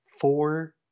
four